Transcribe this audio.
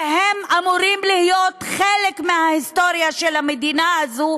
והם אמורים להיות חלק מההיסטוריה של המדינה הזו,